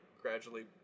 gradually